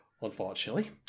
unfortunately